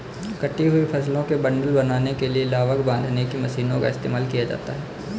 कटी हुई फसलों के बंडल बनाने के लिए लावक बांधने की मशीनों का इस्तेमाल किया जाता है